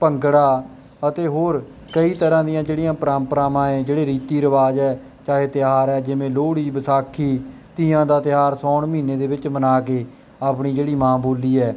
ਭੰਗੜਾ ਅਤੇ ਹੋਰ ਕਈ ਤਰ੍ਹਾਂ ਦੀਆਂ ਜਿਹੜੀਆਂ ਪਰੰਪਰਾਵਾਂ ਹੈ ਜਿਹੜੇ ਰੀਤੀ ਰਿਵਾਜ਼ ਹੈ ਚਾਹੇ ਤਿਉਹਾਰ ਹੈ ਜਿਵੇਂ ਲੋਹੜੀ ਵਿਸਾਖੀ ਤੀਆਂ ਦਾ ਤਿਉਹਾਰ ਸਾਉਣ ਮਹੀਨੇ ਦੇ ਵਿੱਚ ਮਨਾ ਕੇ ਆਪਣੀ ਜਿਹੜੀ ਮਾਂ ਬੋਲੀ ਹੈ